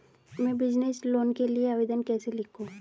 मैं business loan के लिए आवेदन कैसे लिखूँ?